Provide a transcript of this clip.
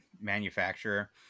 manufacturer